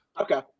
Okay